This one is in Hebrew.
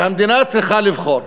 והמדינה צריכה לבחור,